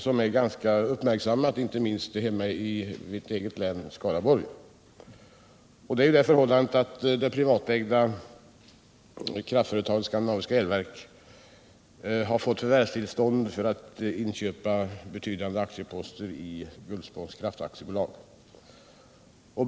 Det är ganska uppmärksammat, inte minst hemma i mitt eget län, Skaraborgs län. Det privatägda kraftföretaget Skandinaviska Elverk har där fått förvärvstillstånd för att inköpa betydande aktieposter i Gullspångs Kraftaktiebolag.